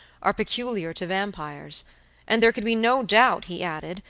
are peculiar to vampires and there could be no doubt, he added,